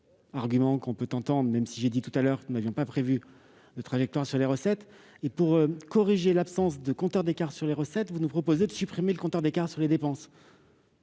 argument que l'on peut entendre, même si j'ai dit précédemment que nous n'avions pas prévu de trajectoire pour les recettes. Or, pour corriger l'absence de compteur des écarts sur les recettes, vous nous proposez de supprimer le compteur d'écart sur les dépenses !